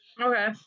Okay